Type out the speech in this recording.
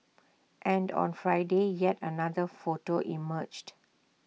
and on Friday yet another photo emerged